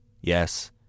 Yes